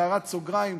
בהערת סוגריים,